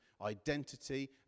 identity